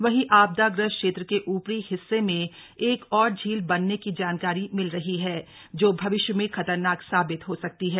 वहीं आपदाग्रस्त क्षेत्र के ऊपरी हिस्से में एक और झील बनने की जानकारी मिल रही है जो भविष्य में खतरनाक साबित हो सकती है